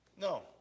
No